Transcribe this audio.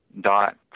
dot